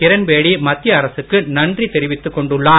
கிரண் பேடி மத்திய அரசுக்கு நன்றி தெரிவித்துக் கொண்டுள்ளார்